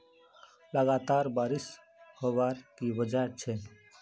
लगातार बारिश होबार की वजह छे?